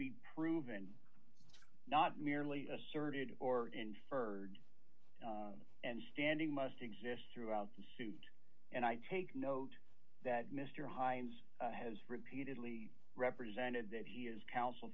be proven not merely asserted or inferred and standing must exist throughout the suit and i take note that mr hines has repeatedly represented that he is counsel